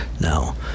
now